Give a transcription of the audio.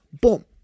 boom